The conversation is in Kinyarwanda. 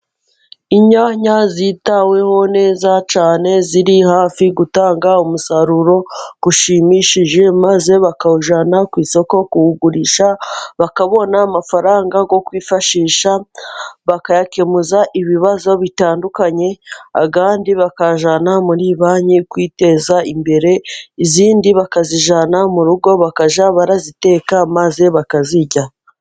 Inyanya zitaweho neza cyane ziri hafi gutanga umusaruro ushimishije, maze bakawujyana ku isoko kuwugurisha bakabona amafaranga bwo kwifashisha, bakayakemuraza ibibazo bitandukanyeg, bayajyana muri banki kwiteza imbere, izindi bakazijayna mu rugo, bakajya baraziteka maze bakazirya.